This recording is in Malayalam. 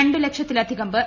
രണ്ട് ലക്ഷത്തിലധികം പേർ